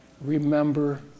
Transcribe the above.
Remember